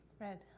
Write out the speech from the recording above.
Red